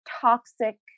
toxic